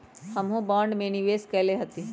हमहुँ बॉन्ड में निवेश कयले हती